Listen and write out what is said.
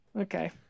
Okay